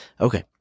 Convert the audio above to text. Okay